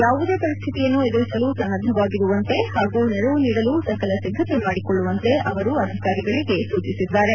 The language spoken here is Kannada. ಯಾವುದೇ ಪರಿಸ್ಥಿತಿಯನ್ನು ಎದುರಿಸಲು ಸನ್ನದ್ದವಾಗಿರುವಂತೆ ಹಾಗೂ ನೆರವು ನೀಡಲು ಸಕಲ ಸಿದ್ದತೆ ಮಾಡಿಕೊಳ್ಳುವಂತೆ ಅವರು ಅಧಿಕಾರಿಗಳಿಗೆ ಸೂಚಿಸಿದ್ದಾರೆ